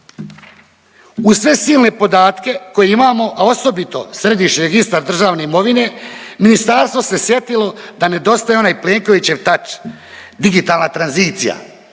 Uz sve silne podatke koje imamo, a osobito središnji registar državne imovine, ministarstvo se sjetilo da nedostaje onaj Plenkovićev touch, digitalna tranzicija,